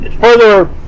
further